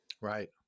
Right